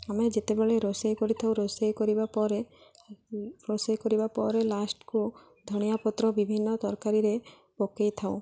ଆମେ ଯେତେବେଳେ ରୋଷେଇ କରିଥାଉ ରୋଷେଇ କରିବା ପରେ ରୋଷେଇ କରିବା ପରେ ଲାଷ୍ଟକୁ ଧନିଆ ପତ୍ର ବିଭିନ୍ନ ତରକାରୀରେ ପକାଇଥାଉ